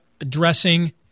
addressing